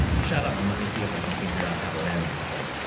shut up and let me see if i can figure out how to land this thing.